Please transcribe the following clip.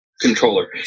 controller